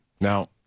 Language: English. Now